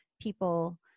people